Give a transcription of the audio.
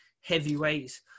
heavyweights